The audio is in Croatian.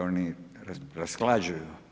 Oni rashlađuju.